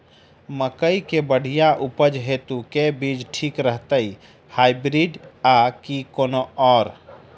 मकई केँ बढ़िया उपज हेतु केँ बीज ठीक रहतै, हाइब्रिड आ की कोनो आओर?